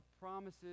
promises